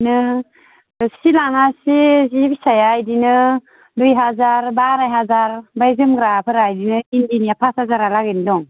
बिदिनो सि लानानै सि सि फिसाया बिदिनो दुइ हाजार बा आराय हाजार ओमफ्राय जोमग्राफोरा बिदिनो इन्दिनिया फास हाजार लागैनो दं